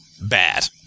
bad